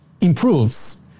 improves